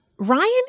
Ryan